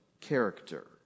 character